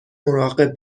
مراقب